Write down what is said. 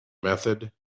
method